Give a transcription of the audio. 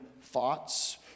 thoughts